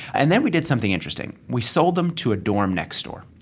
and then we did something interesting. we sold them to a dorm next door.